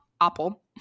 Apple